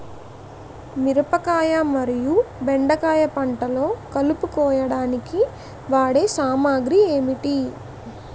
మిరపకాయ మరియు బెండకాయ పంటలో కలుపు కోయడానికి వాడే సామాగ్రి ఏమిటి?